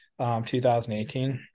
2018